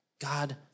God